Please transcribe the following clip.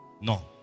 no